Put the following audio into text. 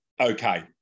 okay